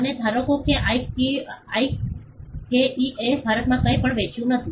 અને ધારો કે આકેઇએ ભારતમાં કંઈપણ વેચ્યું નથી